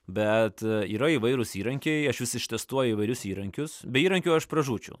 bet yra įvairūs įrankiai aš juos ištestuoju įvairius įrankius be įrankių aš pražūčiau